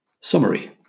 Summary